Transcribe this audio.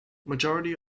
majority